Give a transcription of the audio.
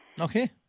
Okay